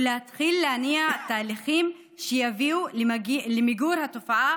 ולהתחיל להניע תהליכים שיביאו למיגור התופעה.